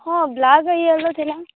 ହଁ black yellow ଥିଲା